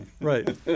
Right